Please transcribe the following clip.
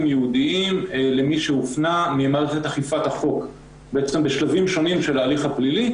ייעודיים למי שהופנה ממערכת אכיפת החוק בשלבים שונים של ההליך הפלילי,